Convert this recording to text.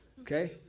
Okay